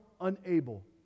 unable